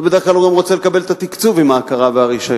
ובדרך כלל הוא גם רוצה לקבל את התקצוב עם ההכרה והרשיון,